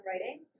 writing